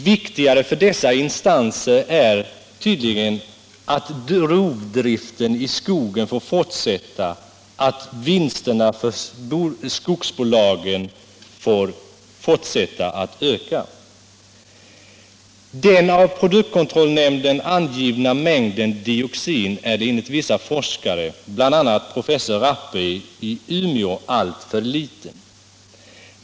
Viktigare för dessa instanser är tydligen att rovdriften i skogen får fortsätta och att vinsterna för skogsbolagen fortsätter att öka. Den av produktkontrollnämnden angivna mängden dioxin är enligt vissa forskare, bl.a. professor Rappe i Umeå, alltför liten.